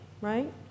right